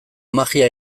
magia